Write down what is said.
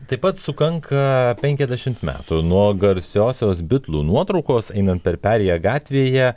taip pat sukanka penkiasdešimt metų nuo garsiosios bitlų nuotraukos einant per perėją gatvėje